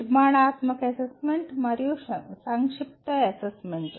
నిర్మాణాత్మక అసెస్మెంట్ మరియు సంక్షిప్త అసెస్మెంట్